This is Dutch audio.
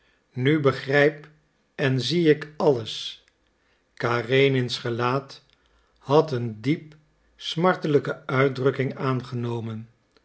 nu begrijp en zie ik alles karenins gelaat had een diep smartelijke uitdrukking aangenomen